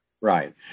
Right